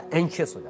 anxious